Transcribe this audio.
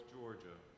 Georgia